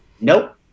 Nope